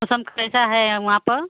मौसम कैसा है वहाँ पर